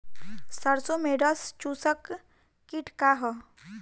सरसो में रस चुसक किट का ह?